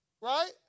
Right